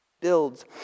builds